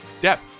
depth